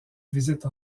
visite